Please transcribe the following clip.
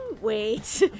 wait